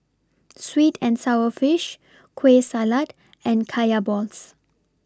Sweet and Sour Fish Kueh Salat and Kaya Balls